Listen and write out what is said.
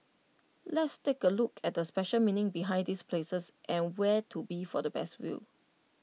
let's take A look at the special meaning behind these places and where to be for the best view